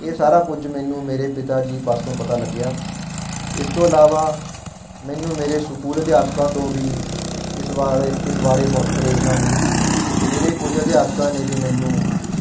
ਇਹ ਸਾਰਾ ਕੁਝ ਮੈਨੂੰ ਮੇਰੇ ਪਿਤਾ ਜੀ ਪਾਸੋਂ ਪਤਾ ਲੱਗਿਆ ਇਸ ਤੋਂ ਇਲਾਵਾ ਮੈਨੂੰ ਮੇਰੇ ਸਕੂਲ ਅਧਿਆਪਕਾਂ ਤੋਂ ਵੀ ਇਸ ਬਾਰੇ ਇਸ ਬਾਰੇ ਬਹੁਤ ਪ੍ਰੇਰਨਾ ਮਿਲੀ ਮੇਰੇ ਕੁਝ ਅਧਿਆਪਕਾਂ ਨੇ ਵੀ ਮੈਨੂੰ